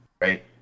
right